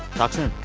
talk soon